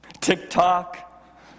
TikTok